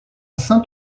saint